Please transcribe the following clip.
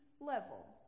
level